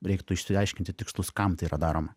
reiktų išsiaiškinti tikslus kam tai yra daroma